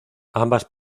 ambas